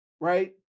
right